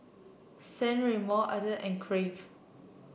San Remo Asics and Crave